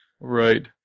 Right